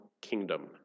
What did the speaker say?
kingdom